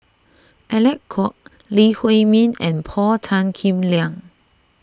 Alec Kuok Lee Huei Min and Paul Tan Kim Liang